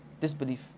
disbelief